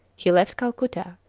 he left calcutta,